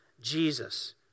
Jesus